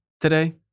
today